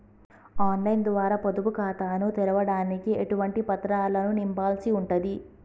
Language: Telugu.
ఆన్ లైన్ ద్వారా పొదుపు ఖాతాను తెరవడానికి ఎటువంటి పత్రాలను నింపాల్సి ఉంటది?